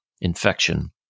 infection